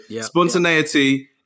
spontaneity